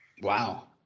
Wow